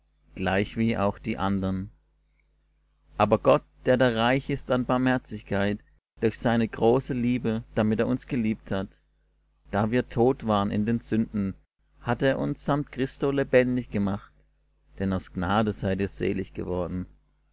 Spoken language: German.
gleichwie auch die andern aber gott der da reich ist an barmherzigkeit durch seine große liebe damit er uns geliebt hat da wir tot waren in den sünden hat er uns samt christo lebendig gemacht denn aus gnade seid ihr selig geworden